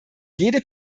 jede